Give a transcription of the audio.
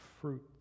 fruit